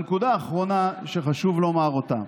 הנקודה האחרונה שחשוב לומר אותה,